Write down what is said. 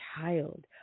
child